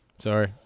Sorry